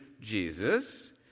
Jesus